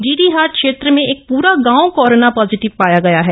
डीडीहाइ क्षेत्र में एक पूरा गांव कोरोन पॉजिटिव पाय गय है